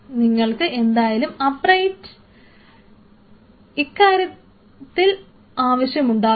നിങ്ങൾക്ക് എന്തായാലും അപ്രൈറ്റ് ഇക്കാര്യത്തിൽ ആവശ്യമുണ്ടാവില്ല